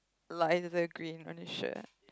lighter green on his shirt